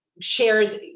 shares